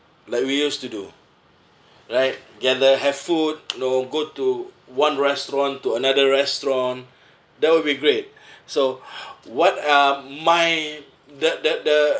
like we used to do right gather have food you know go to one restaurant to another restaurant that will be great so what are my the the the